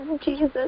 Jesus